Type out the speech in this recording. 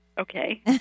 Okay